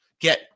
get